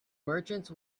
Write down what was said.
merchants